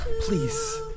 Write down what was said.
please